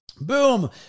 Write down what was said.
Boom